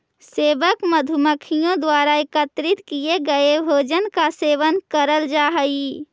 सेवक मधुमक्खियों द्वारा एकत्रित किए गए भोजन का सेवन करल जा हई